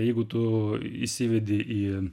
jeigu tu įsivedi į